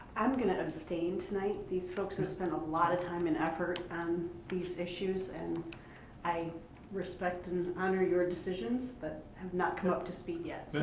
i'm gonna abstain tonight. these folks have spent a lot of time and effort on these issues and i respect and honor your decisions, but i have not come up to speed yet.